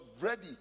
ready